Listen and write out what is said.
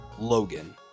Logan